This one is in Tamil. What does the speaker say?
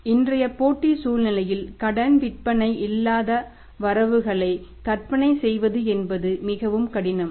ஆனால் இன்றைய போட்டி சூழ்நிலையில் கடன் விற்பனை இல்லாத எந்த வரவுகளையும் கற்பனை செய்வது என்பது மிகவும் கடினம்